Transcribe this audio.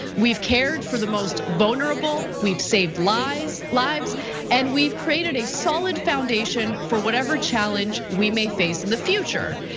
we've cared for the most vulnerable, we've saved lives lives and we've created a solid foundation for whatever challenge we may face in the future.